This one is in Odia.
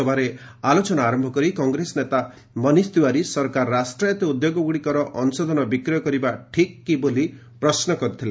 ସଭାରେ ଆଲୋଚନା ଆରମ୍ଭ କରି କଂଗ୍ରେସ ନେତା ମନିଶ ତିୱାରୀ ସରକାର ରାଷ୍ଟ୍ରାୟତ ଉଦ୍ୟୋଗଗୁଡ଼ିକର ଅଂଶଧନ ବିକ୍ରୟ କରିବା ଠିକ୍ କି ବୋଲି ପ୍ରଶ୍ୱ କରିଥିଲେ